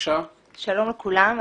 שלום לכולם.